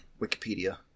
Wikipedia